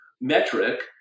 metric